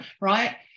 right